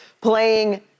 playing